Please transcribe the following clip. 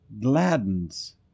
gladdens